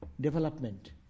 Development